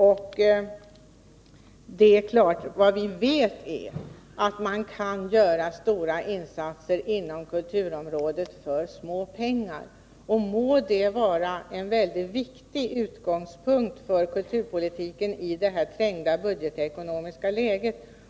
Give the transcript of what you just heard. Vi vet att man inom kulturområdet kan göra stora insatser för små pengar. Det må vara en viktig utgångspunkt för kulturpolitiken i detta trängda budgetläge.